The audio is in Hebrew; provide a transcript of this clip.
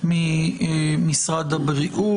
במסגרת התקנות,